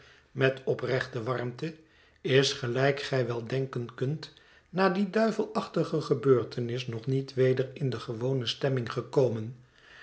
met oprechte warmte is gelijk gij wel denken kunt na die duivelachtige gebeurtenis nog niet weder in de gewone stemming gekomen